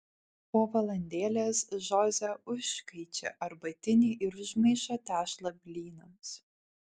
po valandėlės žoze užkaičia arbatinį ir užmaišo tešlą blynams